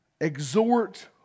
Exhort